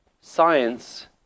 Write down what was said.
science